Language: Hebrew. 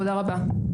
תודה רבה.